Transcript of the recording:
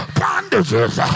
bondages